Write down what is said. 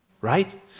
Right